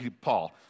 Paul